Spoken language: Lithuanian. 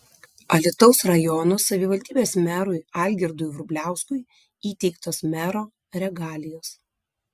alytaus rajono savivaldybės merui algirdui vrubliauskui įteiktos mero regalijos